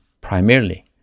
primarily